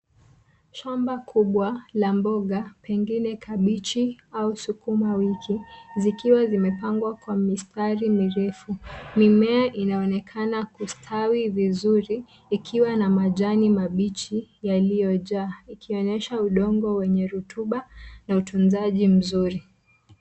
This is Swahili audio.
Shamba kubwa la mboga, pengine kabichi au sukuma wiki, zikiwa zimepangwa kwa mistari mirefu. Mimea inaonekana kustawi vizuri, ikiwa na majani mabichi yaliyojaa, ikionyesha udongo wenye rotuba na utunzaji mzuri.